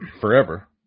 forever